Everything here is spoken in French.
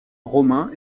romains